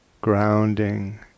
grounding